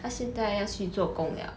他现在要去做工 liao